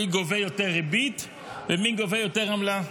מי גובה יותר ריבית ומי גובה יותר עמלה.